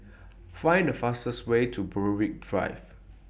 Find The fastest Way to Berwick Drive